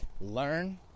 learn